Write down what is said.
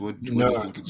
No